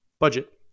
Budget